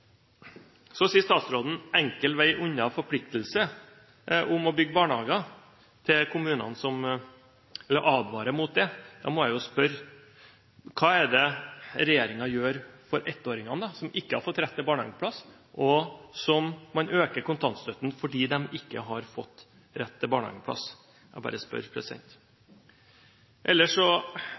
Så advarer statsråden kommunene, at det å bygge barnehager, er en enkel vei unna forpliktelse. Da må jeg spørre: Hva er det regjeringen gjør for ettåringene som ikke har fått rett til barnehageplass, hvor man øker kontantstøtten fordi de ikke har fått rett til barnehageplass? Jeg bare spør. Ellers